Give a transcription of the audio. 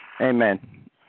Amen